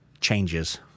changes